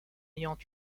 ayant